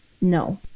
no